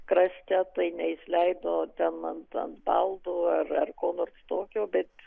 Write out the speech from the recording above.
krašte tai neišleido ten ant ant baldų ar ko nors tokio bet